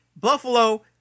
Buffalo